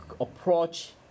approach